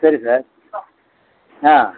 சரி சார் ஆ